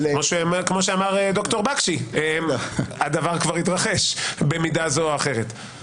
כמו שאמר ד"ר בקשי: הדבר כבר התרחש במידה זו או אחרת.